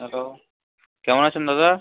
hello কেমন আছেন দাদা